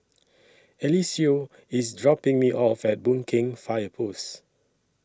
Eliseo IS dropping Me off At Boon Keng Fire Post